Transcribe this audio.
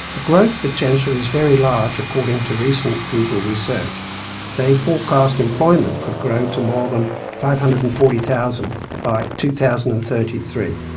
the growth potential is very large according to recent google research they forecast employment could grow to more than five hundred and forty thousand by two thousand and thirty three.